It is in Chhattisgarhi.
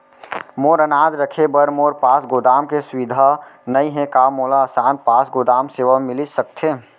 मोर अनाज रखे बर मोर पास गोदाम के सुविधा नई हे का मोला आसान पास गोदाम सेवा मिलिस सकथे?